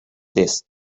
this